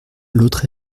l’autre